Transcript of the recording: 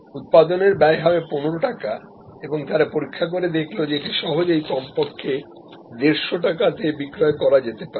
উৎপাদনে ব্যয় হবে 15 টাকা এবং তারা বাজারে পরীক্ষা করে দেখল যে এটি সহজেই কমপক্ষে 150 টাকা তে বিক্রয় করা যেতে পারে